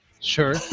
Sure